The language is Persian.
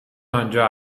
آنجا